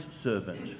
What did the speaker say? servant